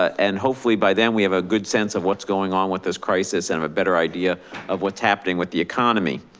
and hopefully by then we have a good sense of what's going on with this crisis and have a better idea of what's happening with the economy.